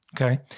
okay